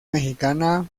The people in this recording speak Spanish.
mexicana